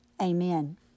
amen